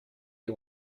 you